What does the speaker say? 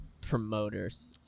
promoters